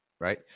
right